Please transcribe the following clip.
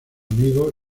amigo